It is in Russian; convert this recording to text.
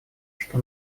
что